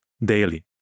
daily